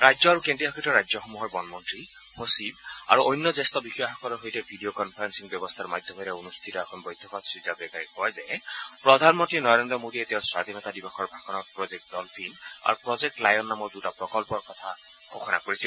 ৰাজ্য আৰু কেন্দ্ৰীয়শাসিত ৰাজ্যসমূহৰ বনমন্ত্ৰী সচিব আৰু অন্য জ্যেষ্ঠ বিষয়াসকলৰ সৈতে ভিডিঅ কনফাৰেপিং ব্যৱস্থাৰ মাধ্যমেৰে অনুষ্ঠিত এখন বৈঠকত শ্ৰীজাৱড়েকাৰে কয় যে প্ৰধানমন্ত্ৰী নৰেন্দ্ৰ মোডীয়ে তেওঁৰ স্বাধীনতা দিৱসৰ ভাষণত প্ৰজেক্ট ডলফিন আৰু প্ৰজেক্ট লায়ন নামৰ দুটা প্ৰকল্পৰ কথা ঘোষণা কৰিছিল